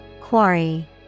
Quarry